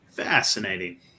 Fascinating